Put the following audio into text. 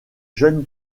jeune